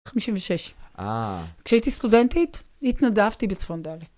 56, כשהייתי סטודנטית, התנדבתי בצפון דלית.